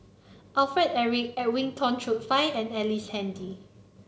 Alfred Eric Edwin Tong Chun Fai and Ellice Handy